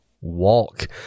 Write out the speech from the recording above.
walk